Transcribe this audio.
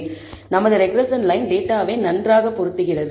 எனவே நமது regression line டேட்டாவை நன்றாக பொருத்துகிறது